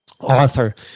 author